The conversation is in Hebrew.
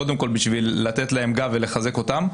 קודם כל לתת להם גב ולחזק אותם.